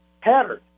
pattern